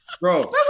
Bro